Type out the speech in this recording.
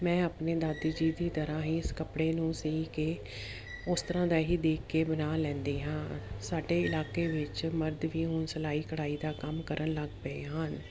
ਮੈਂ ਆਪਣੇ ਦਾਦੀ ਜੀ ਦੀ ਤਰ੍ਹਾਂ ਹੀ ਇਸ ਕੱਪੜੇ ਨੂੰ ਸੀਅ ਕੇ ਉਸ ਤਰ੍ਹਾਂ ਦਾ ਹੀ ਦੇਖ ਕੇ ਬਣਾ ਲੈਂਦੀ ਹਾਂ ਸਾਡੇ ਇਲਾਕੇ ਵਿੱਚ ਮਰਦ ਵੀ ਹੁਣ ਸਿਲਾਈ ਕਢਾਈ ਦਾ ਕੰਮ ਕਰਨ ਲੱਗ ਪਏ ਹਨ